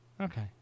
Okay